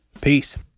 Peace